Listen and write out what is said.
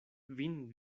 vin